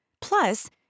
Plus